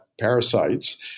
parasites